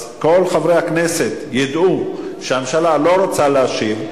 אז כל חברי הכנסת ידעו שהממשלה לא רוצה להשיב,